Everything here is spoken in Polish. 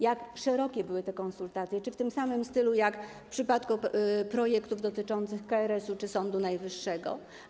Jak szerokie były te konsultacje, czy w tym samym stylu, jak w przypadku projektów dotyczących KRS-u czy Sądu Najwyższego?